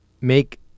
make